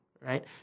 right